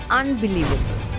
unbelievable